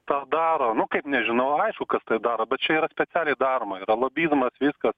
tą daro nu kaip nežinau aišku kad tai daro bet čia yra specialiai daroma yra lobizmas viskas